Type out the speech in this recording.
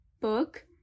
book